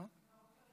לא?